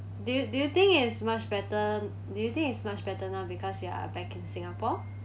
do you do you think is much better do you think is much better now because you are back in singapore